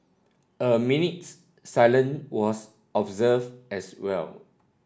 a minute's silence was observed as well